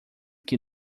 que